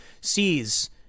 sees